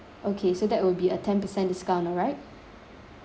okay so that will be a ten percent discount alright